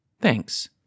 thanks